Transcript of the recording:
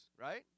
right